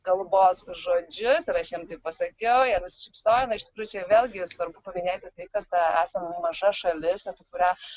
kalbos žodžius ir aš jiem tai pasakiau jie nusišypsojo na iš tikrųjų na vėlgi svarbu paminėti tai kad esam maža šalis apie kurią